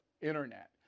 internet